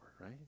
right